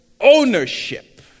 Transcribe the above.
ownership